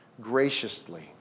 graciously